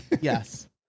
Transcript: Yes